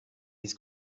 his